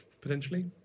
potentially